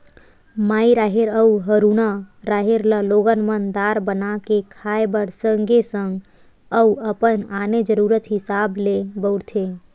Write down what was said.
माई राहेर अउ हरूना राहेर ल लोगन मन दार बना के खाय बर सगे संग अउ अपन आने जरुरत हिसाब ले बउरथे